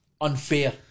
unfair